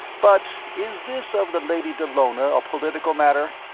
but is this of the lady dallona a political matter?